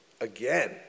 again